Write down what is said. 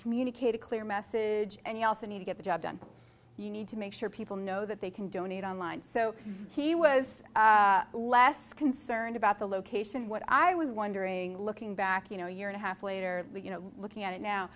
communicate a clear message and you also need to get the job done you need to make sure people know that they can donate on line so he was less concerned about the location what i was wondering looking back you know year and a half later you know looking at it now